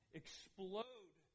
explode